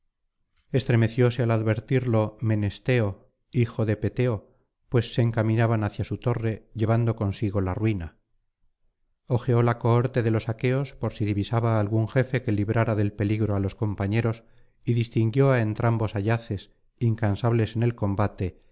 estremecióse al advertirlo menesteo hijodepeteo pues se encaminaban hacia su torre llevando consigo la ruina ojeó la cohorte de los aqueos por si divisaba á algiín jefe que librara del peligro á los compañeros y distinguió á entrambos ayaces incansables en el combate